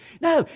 No